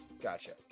Gotcha